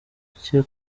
cye